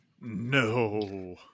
no